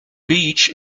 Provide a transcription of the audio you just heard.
beach